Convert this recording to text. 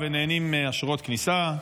ונהנים מאשרות כניסה.